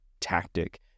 tactic